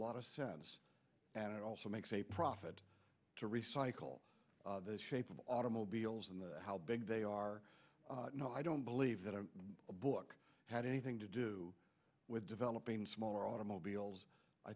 lot of sense and it also makes a profit to recycle the shape of automobiles and how big they are no i don't believe that a book had anything to do with developing smaller automobiles i